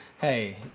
hey